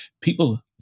People